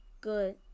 Good